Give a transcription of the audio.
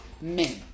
men